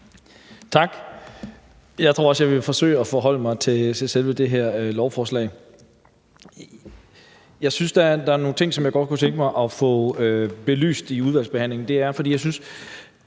Tak. Jeg tror også, jeg vil forsøge at forholde mig til selve det her lovforslag, og jeg synes da, der er nogle ting, som jeg godt kunne tænke mig at få belyst i udvalgsbehandlingen. Det er, fordi jeg synes,